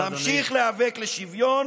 נמשיך להיאבק לשוויון